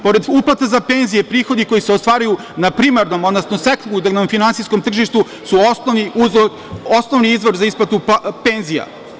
Pored uplata za penzije, prihodi koji se ostvaruju na primarnom, odnosno sekundarnom finansijskom tržištu, su osnovni izvor za isplatu penzija.